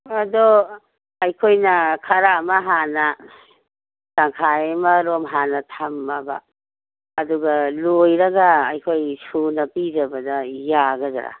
ꯑꯗꯣ ꯑꯩꯈꯣꯏꯅ ꯈꯔ ꯑꯃ ꯍꯥꯟꯅ ꯇꯪꯈꯥꯏ ꯑꯃꯔꯣꯝ ꯍꯥꯟꯅ ꯊꯝꯃꯕ ꯑꯗꯨꯒ ꯂꯣꯏꯔꯒ ꯑꯩꯈꯣꯏ ꯁꯨꯅ ꯄꯤꯗꯕꯗ ꯌꯥꯒꯗ꯭ꯔ